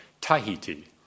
Tahiti